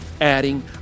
Adding